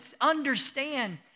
understand